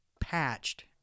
patched